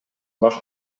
баш